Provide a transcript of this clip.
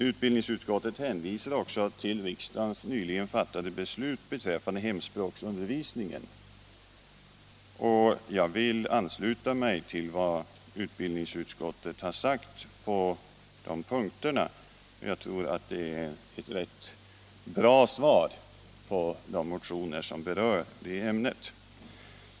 Utbildningsutskottet hänvisar också ull riksdagens nyligen fattade beslut beträffande hemspråksundervisningen. Jag vill ansluta mig till vad utbildningsutskottet har sagt på de punkterna; jag tror att det är ett rätt bra svar på de motioner som berör det ämnet.